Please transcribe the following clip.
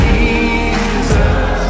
Jesus